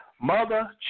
Mother